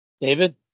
David